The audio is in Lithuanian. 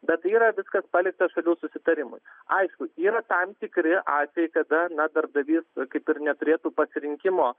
bet yra viskas palikta šalių susitarimui aišku yra tam tikri atvejai kada na darbdavys kaip ir neturėtų pasirinkimo